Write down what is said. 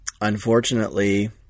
unfortunately